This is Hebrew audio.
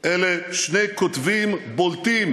אלה שני כותבים בולטים